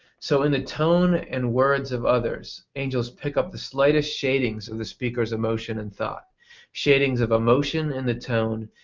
so in the tone and words of others, angels pick up the slightest shadings of the speaker's emotion and thought shadings of emotion in the tone,